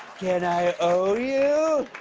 can i owe you?